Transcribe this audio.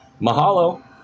Mahalo